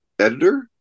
editor